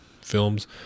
films